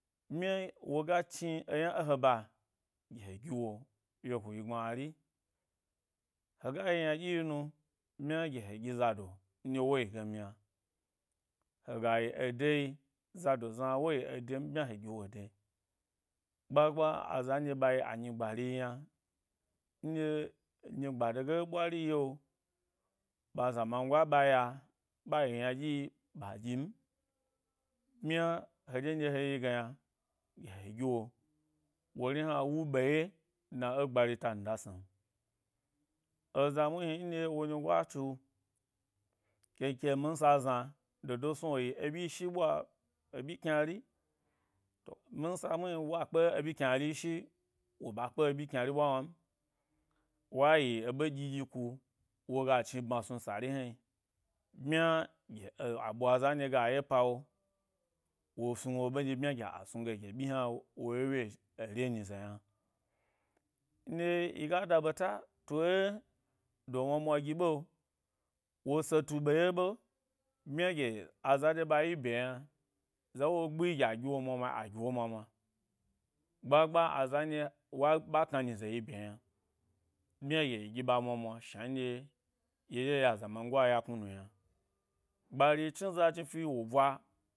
Bmya woga chni eyna ẻ he ba gi he giwo wyeguyi gbmari hega ga yi yna dyi nu bmya gi he gi zado ndye wo yigem yna hega yi ede yi, zado zna woyi edem bmya he giwo ede, gba gba aza ɗye yi anyi gbari yna nɗye nyi gba de ge ɓwari yi’o ɓa aza mango a ɓa ya ɓayi yna ɗyi yi ɓa dyim, bmya-heɗye nɗye he yi ge yna gye he gi wo wori hna wu ɓe yechna ẻ gbari tan da sni’o, eza muhni nɗye wo nyi go a tsu k eke minsa zna, dodo snu wo yi eɓyi shi ɓwa kynari minsa muhni wa kpe ebyi kynari shi, wo ba kpe ebyi kynari ɓwa wnan wa yi eɓo ɗyi ɗyi ku woga chni bma snu sari hnan, ɓmya gi a ɓwa za nɗye ga ye. Pawo, wo snu wo ɓe ɗye bmya gi a snug e yye ɓyi yna wo wye wye e re nyize yna. Nɗye yiga da ɓeta tu ẻ do mwa gi be wo se tu ɓe ye ɓe bmya gye aza ɓa dye ɓa yi e bye yna, za wo gbi gi a giwo mwamwa gbagba azan dye wa, ɓa kna nyize yi bye yna bmya gye yi gi ɓa mwa mwa, shna nɗye ya azamango ya knunu yna. Gbari chni za jni fi wo bwa.